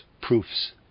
proofs